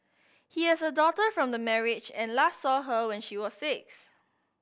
he has a daughter from the marriage and last saw her when she was six